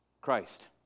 Christ